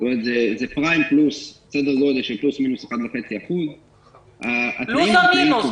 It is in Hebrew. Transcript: פריים פלוס סדר גודל של פלוס-מינוס 1.5%. פלוס או מינוס?